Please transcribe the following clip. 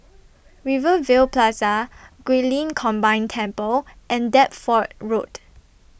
Rivervale Plaza Guilin Combined Temple and Deptford Road